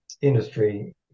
industry